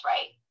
Right